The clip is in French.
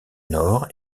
nord